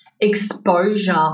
exposure